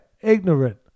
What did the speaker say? ignorant